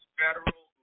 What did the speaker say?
federal